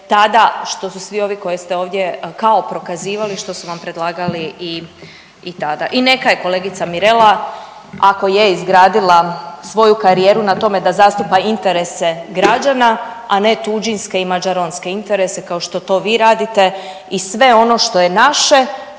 tada, što su svi ovi koje ste ovdje kao prokazivali što su vam predlagali i tada. I neka je kolegica Mirela ako je izgradila svoju karijeru na tome da zastupa interese građane, a ne tuđinske i mađaronske interese kao što to vi radite i sve ono što je naše